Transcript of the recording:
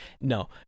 No